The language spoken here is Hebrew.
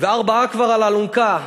וארבעה כבר על האלונקה.